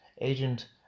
Agent